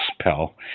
spell